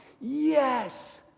yes